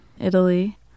Italy